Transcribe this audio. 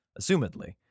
Assumedly